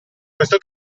questo